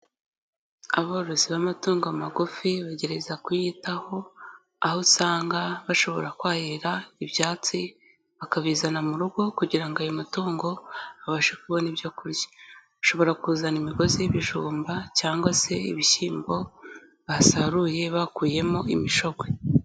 Aborozi b'amatungo magufi bagerageza kuyitaho, aho usanga bashobora kwahira ibyatsi bakabizana mu rugo kugira ngo ayo matungo abashe kubona ibyo kurya, ashobora kuzana imigozi y'ibijumba cyangwa se ibishyimbo basaruye bakuyemo imishogwe.